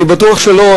אני בטוח שלא,